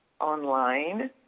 online